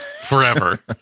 forever